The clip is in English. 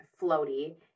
floaty